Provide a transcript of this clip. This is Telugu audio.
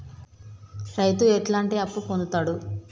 రైతు ఎట్లాంటి అప్పు పొందుతడు?